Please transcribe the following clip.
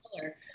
color